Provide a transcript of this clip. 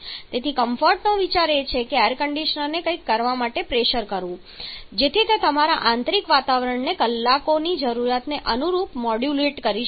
તેથી કમ્ફર્ટનો વિચાર એ છે કે એર કંડિશનરને કંઈક કરવા માટે પ્રેશર કરવું જેથી તે તમારા આંતરિક વાતાવરણને કલાકોની જરૂરિયાતને અનુરૂપ મોડ્યુલેટ કરી શકે